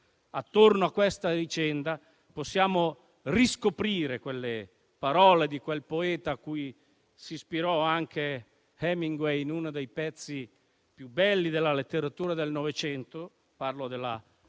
Attorno a questa vicenda possiamo davvero riscoprire le parole di quel poeta a cui si ispirò anche Hemingway in uno dei pezzi più belli della letteratura del Novecento - parlo della